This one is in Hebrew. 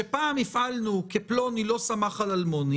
שפעם הפעלנו כי פלוני לא סמך על אלמוני